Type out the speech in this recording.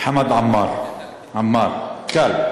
חמַד עמאר, עמאר, קל.